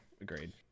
agreed